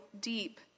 deep